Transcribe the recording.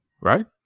right